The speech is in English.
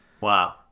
Wow